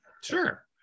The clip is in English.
Sure